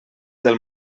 del